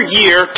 year